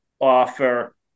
offer